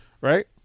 right